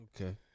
Okay